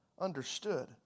understood